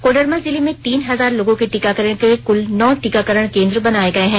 कोडरमा जिले में तीन हजार लोगों के टीकाकरण के लिए कुल नौ टीकाकरण केंद्र बनाए गए हैं